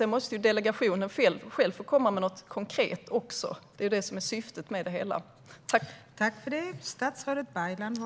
Sedan måste ju delegationen själv komma med något konkret. Det är ju det som är syftet med det hela.